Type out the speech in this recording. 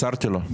מסרתי לו.